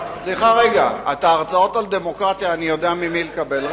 רגע, את ההרצאות על דמוקרטיה אני יודע ממי לקבל.